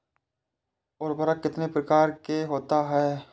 उर्वरक कितनी प्रकार के होता हैं?